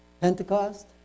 Pentecost